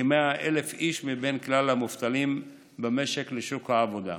כ-100,000 איש מבין כלל המובטלים במשק לשוק העבודה.